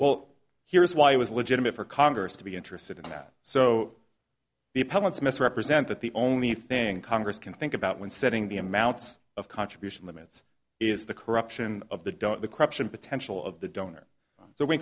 well here is why it was legitimate for congress to be interested in that so the appellant's misrepresent that the only thing congress can think about when setting the amounts of contribution limits is the corruption of the don't the corruption potential of the donor so w